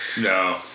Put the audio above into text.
No